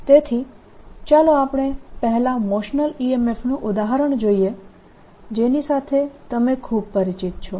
dS તેથી ચાલો આપણે પહેલા મોશનલ EMF નું ઉદાહરણ જોઈએ જેની સાથે તમે ખૂબ પરિચિત છો